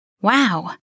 Wow